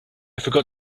forgot